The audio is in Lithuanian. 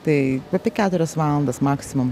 tai apie keturias valandas maksimum